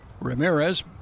Ramirez